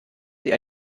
sie